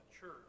church